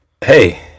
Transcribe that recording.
Hey